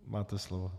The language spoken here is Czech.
Máte slovo.